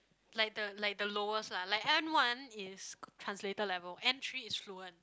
like the like the lowest lah like N-one is translator level N-three is fluent